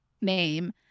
name